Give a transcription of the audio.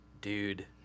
dude